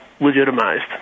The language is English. legitimized